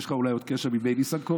יש לך אולי עוד קשר מימי ניסנקורן?